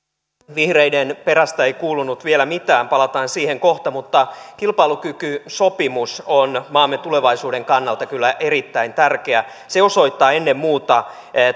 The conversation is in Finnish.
vihreiden perästä ei kuulunut vielä mitään palataan siihen kohta mutta kilpailukykysopimus on maamme tulevaisuuden kannalta kyllä erittäin tärkeä se osoittaa ennen muuta